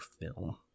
film